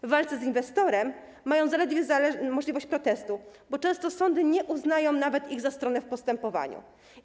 W walce z inwestorem mają zaledwie możliwość protestu, bo często sądy nie uznają ich nawet za stronę w postępowaniu.